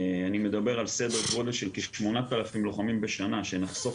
אני מדבר על סדר גודל של כ-8,000 לוחמים בשנה שנחשוף